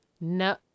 No